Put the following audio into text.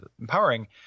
empowering